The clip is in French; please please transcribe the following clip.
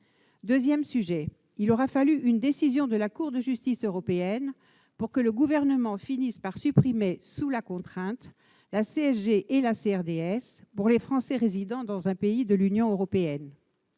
l'aide sociale. Il aura fallu une décision de la Cour de justice de l'Union européenne pour que le Gouvernement finisse par supprimer, sous la contrainte, la CSG et la CRDS pour les Français résidant dans un État membre de l'Union européenne.